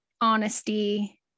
honesty